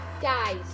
Guys